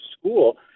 school